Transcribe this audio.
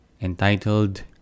entitled